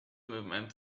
movement